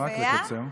רק לקצר.